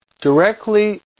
directly